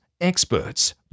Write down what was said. experts